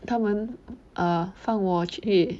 他们 err 放我去